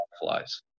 flies